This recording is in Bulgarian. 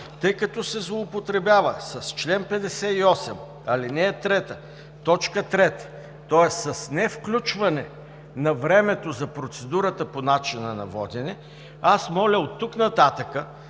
тъй като се злоупотребява с чл. 58, ал. 3, т. 3, тоест с не включване на времето за процедурата по начина на водене, аз моля оттук нататък